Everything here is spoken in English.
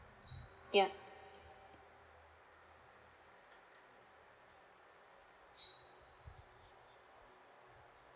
ya